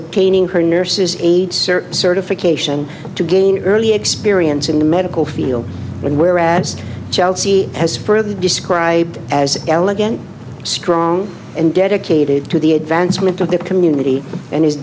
obtaining her nurse's aide certification to gain early experience in the medical field whereas chelsea has further described as elegant strong and dedicated to the advancement of the community and is